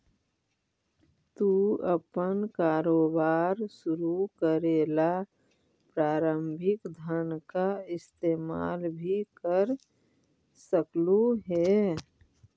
तू अपन कारोबार शुरू करे ला प्रारंभिक धन का इस्तेमाल भी कर सकलू हे